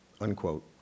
unquote